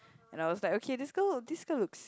and I was like okay this girl this girl looks